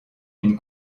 d’une